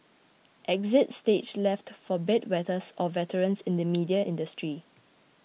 exit stage left for bed wetters or veterans in the media industry